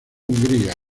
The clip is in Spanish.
hungría